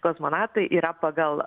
kosmonautai yra pagal